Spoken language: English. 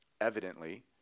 evidently